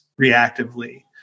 reactively